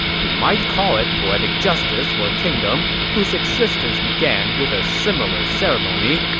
you might call it poetic justice for a kingdom whose existence began with a similar ceremony,